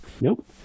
Nope